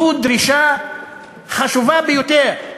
זו דרישה חשובה ביותר.